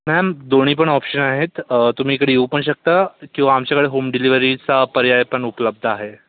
ma'am दोनी पण option आहेत तुम्ही इकडे येऊ पण शकता किंवा आमच्याकडे होम डिलेव्हरीचा पर्याय पण उपलब्ध आहे